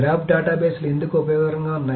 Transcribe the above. graph డేటాబేస్లు ఎందుకు ఉపయోగకరంగా ఉన్నాయి